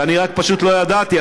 ואני פשוט לא ידעתי,